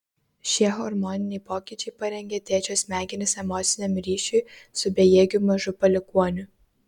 šie hormoniniai pokyčiai parengia tėčio smegenis emociniam ryšiui su bejėgiu mažu palikuoniu